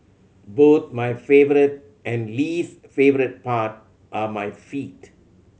both my favourite and least favourite part are my feet